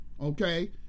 Okay